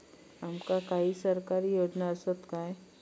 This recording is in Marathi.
आमका काही सरकारी योजना आसत काय?